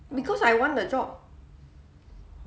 because I want the job